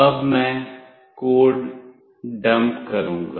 अब मैं code dump करूंगा